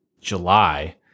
July